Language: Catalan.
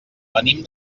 venim